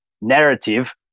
narrative